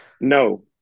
No